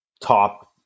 top